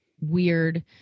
weird